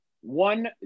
one